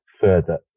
further